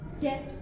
Yes